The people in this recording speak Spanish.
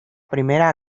primera